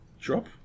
drop